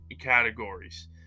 categories